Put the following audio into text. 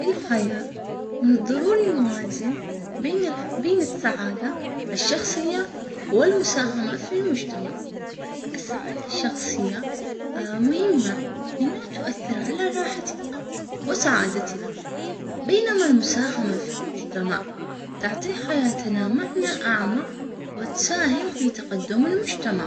في الحياة من الضروري نوازن بين السعادة الشخصية والمساهمة في المجتمع السعادة الشخصية اه مهمة لا تؤثر على راحتنا وسعادتنا بينما المساهمة في المجتمع تعطي حياتنا معنى اعمق وتساهم في تقدم المجتمع.